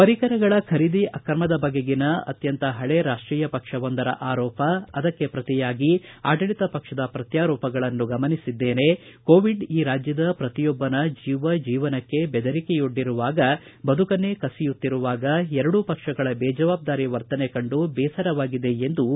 ಪರಿಕರಗಳ ಖರೀದಿ ಆಕ್ರಮದ ಬಗೆಗಿನ ಅತ್ಯಂತ ಹಳೇ ರಾಷ್ಷೀಯ ಪಕ್ಷವೊಂದರ ಆರೋಪ ಅದಕ್ಕೆ ಪ್ರತಿಯಾಗಿ ಆಡಳಿತ ಪಕ್ಷದ ಪ್ರತ್ಕಾರೋಪ ಕಸರೆರಚಾಟವನ್ನು ಗಮನಿಸಿದ್ದೇನೆ ಕೋವಿಡ್ ಈ ರಾಜ್ಯದ ಪ್ರತಿಯೊಬ್ಬನ ಜೀವ ಜೀವನಕ್ಕೆ ಬೆದರಿಕೆಯೊಡ್ಡಿರುವಾಗ ಬದುಕನ್ನೇ ಕಸಿಯುತ್ತಿರುವಾಗ ಎರಡೂ ಪಕ್ಷಗಳ ಬೇಜವಾಬ್ದಾರಿ ವರ್ತನೆ ಕಂಡು ಬೇಸರವಾಗಿದೆ ಎಂದು ಜೆಡಿಎಸ್ ನಾಯಕ ಎಚ್